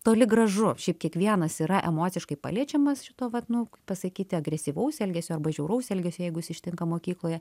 toli gražu šiaip kiekvienas yra emociškai paliečiamas šito vat nu pasakyt agresyvaus elgesio arba žiauraus elgesio jeigu jis ištinka mokykloje